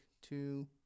two